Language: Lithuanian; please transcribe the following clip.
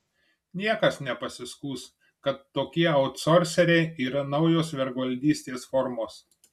niekas nepasiskųs kad tokie autsorseriai yra naujos vergvaldystės formos